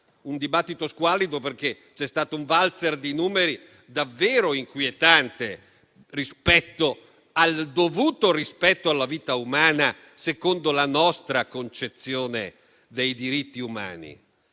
un dibattito squallido perché c'è stato un valzer di numeri davvero inquietante nei confronti del dovuto rispetto al dovuto rispetto della vita umana secondo la nostra concezione dei diritti umani.